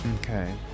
Okay